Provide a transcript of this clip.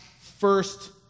first